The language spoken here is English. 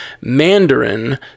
Mandarin